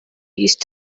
used